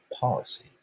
policy